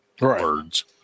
words